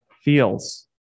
feels